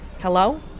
Hello